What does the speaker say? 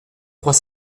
trois